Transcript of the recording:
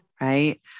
Right